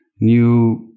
new